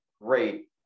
great